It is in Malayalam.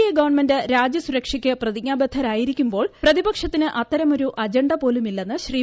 എ ഗവൺമെന്റ് രാജ്യസുരക്ഷയ്ക്ക് പ്രതിജ്ഞാബദ്ധരായിരിക്കുമ്പോൾ പ്രതിപക്ഷത്തിന് അത്തരമൊരു അജണ്ടപോലുമില്ലെന്ന് ശ്രീ